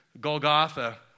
Golgotha